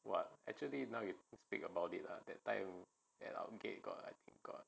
what actually now you speak about it lah that time and our gate got I think got